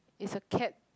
is a cat